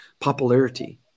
popularity